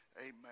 Amen